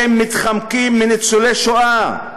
אתם מתחמקים מניצולי השואה,